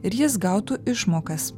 ir jis gautų išmokas